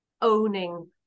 owning